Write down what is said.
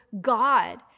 God